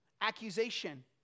accusation